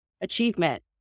achievement